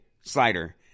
slider